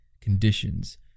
conditions